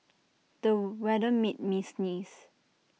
the weather made me sneeze